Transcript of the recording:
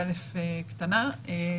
2א (א),